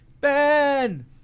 Ben